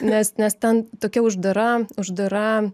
nes nes ten tokia uždara uždara